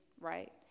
right